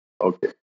Okay